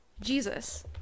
Jesus